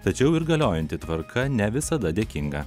tačiau ir galiojanti tvarka ne visada dėkinga